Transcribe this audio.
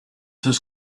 his